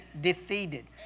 defeated